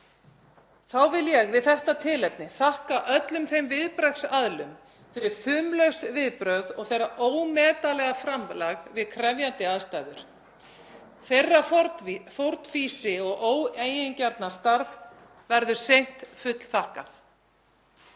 Þá vil ég við þetta tilefni þakka öllum viðbragðsaðilum fyrir fumlaus viðbrögð og þeirra ómetanlega framlag við krefjandi aðstæður. Þeirra fórnfýsi og óeigingjarna starf verður seint fullþakkað.